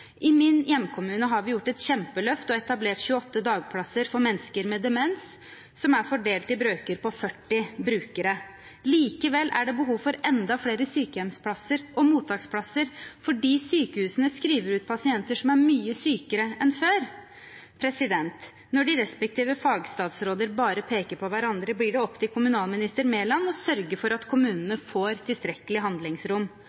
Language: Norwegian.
I min hjemkommune har vi gjort et kjempeløft og etablert 28 dagplasser for mennesker med demens, som er fordelt i brøker på 40 brukere. Likevel er det behov for enda flere sykehjemsplasser og mottaksplasser fordi sykehusene skriver ut pasienter som er mye sykere enn før. Når de respektive fagstatsråder bare peker på hverandre, blir det opp til kommunalminister Mæland å sørge for at